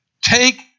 take